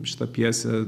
šitą pjesę